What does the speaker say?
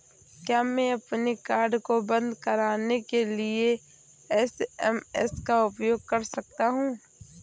क्या मैं अपने कार्ड को बंद कराने के लिए एस.एम.एस का उपयोग कर सकता हूँ?